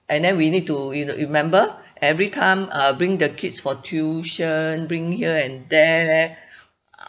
and then we need re~ uh remember every time uh bring the kids for tuition bring here and there